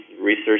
research